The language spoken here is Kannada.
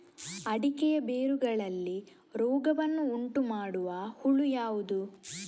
ಅಡಿಕೆಯ ಬೇರುಗಳಲ್ಲಿ ರೋಗವನ್ನು ಉಂಟುಮಾಡುವ ಹುಳು ಯಾವುದು?